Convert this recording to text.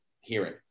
hearing